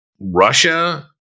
russia